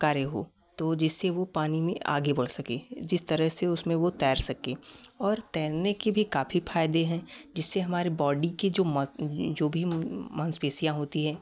कार्य हो तो जिससे वो पानी में आगे बढ़ सके जिस तरह से वो उसमें तैर सके और तैरने के भी काफ़ी फायदे हैं जिससे हमारे बॉडी के जो जो भी मांसपेशियाँ होती हैं